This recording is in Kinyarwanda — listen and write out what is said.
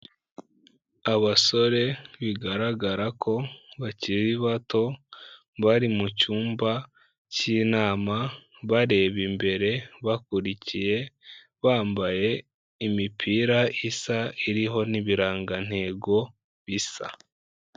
Abasore bigaragara ko bakiri bato, bari mu cyumba k'inama, bareba imbere bakurikiye, bambaye imipira isa iriho n'ibirangantego bisa.